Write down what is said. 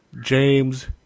James